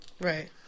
Right